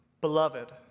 Beloved